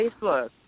Facebook